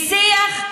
בשיח,